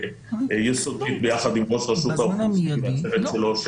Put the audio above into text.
יסודית יחד עם ראש רשות האוכלוסין והצוות שלו,